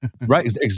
Right